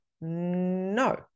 No